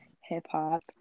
hip-hop